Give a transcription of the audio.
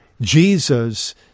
Jesus